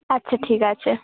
আচ্ছা ঠিক আছে